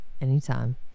Anytime